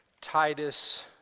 Titus